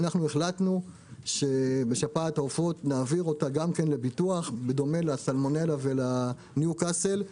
והחלטנו שנעביר גם את שפעת העופות גם לביטוח בדומה לסלמונלה ולניוקאסל.